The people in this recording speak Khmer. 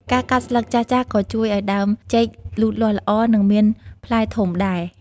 ការកាត់ស្លឹកចាស់ៗក៏ជួយឱ្យដើមចេកលូតលាស់ល្អ និងមានផ្លែធំដែរ។